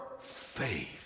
faith